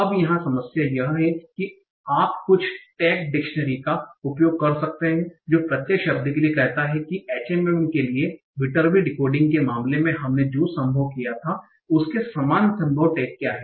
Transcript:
अब यहाँ समस्या यह है और आप कुछ टैग डिक्शनरी का उपयोग कर सकते हैं जो प्रत्येक शब्द के लिए कहता है कि HMM के लिए विटर्बी डिकोडिंग के मामले में हमने जो संभव किया था उसके समान संभव टैग क्या हैं